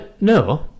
No